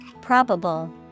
Probable